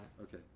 Okay